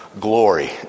glory